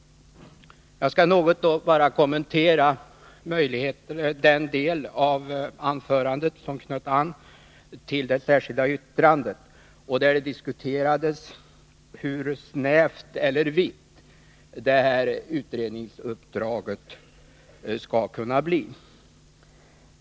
Jag skall bara något kommentera den del av anförandet som knöt an till det särskilda yttrandet och där det diskuterades hur snävt eller vitt utredningsuppdraget skall kunna bli.